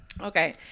Okay